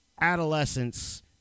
adolescence